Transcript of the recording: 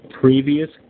previous